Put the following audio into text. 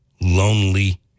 lonely